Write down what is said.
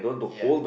ya